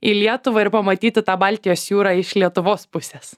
į lietuvą ir pamatyti tą baltijos jūrą iš lietuvos pusės